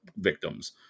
victims